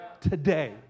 today